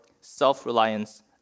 self-reliance